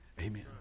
Amen